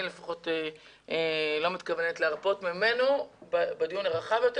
אני לפחות לא מתכוונת להרפות מהנושא בדיון הרחב יותר.